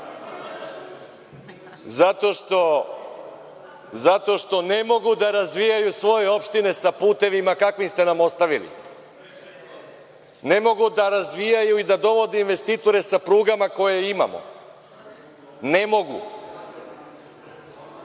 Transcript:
Zato što ne mogu da razvijaju svoje opštine sa putevima kakve ste nam ostavili. Ne mogu da razvijaju i da dovode investitore sa prugama koje imamo. Ne mogu.